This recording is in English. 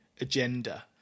agenda